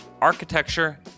architecture